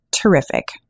Terrific